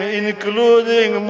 including